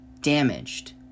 damaged